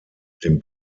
den